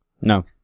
No